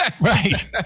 right